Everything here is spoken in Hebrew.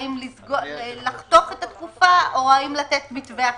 האם לחתוך את התקופה או האם לתת מתווה אחר.